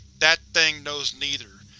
that thing knows neither.